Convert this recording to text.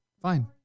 Fine